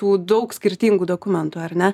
tų daug skirtingų dokumentų ar ne